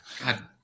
God